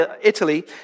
Italy